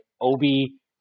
Obi